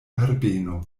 herbeno